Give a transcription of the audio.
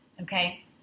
Okay